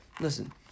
Listen